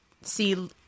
see